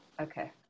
Okay